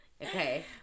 okay